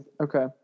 Okay